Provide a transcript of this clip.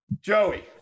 Joey